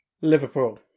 Liverpool